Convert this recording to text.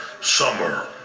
summer